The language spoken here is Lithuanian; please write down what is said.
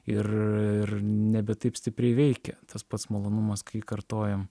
ir ir nebe taip stipriai veikia tas pats malonumas kai kartojam